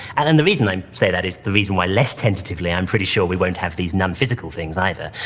and then the reason i say that is the reason why less tentatively i'm pretty sure we won't have these nonphysical things, either,